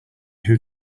who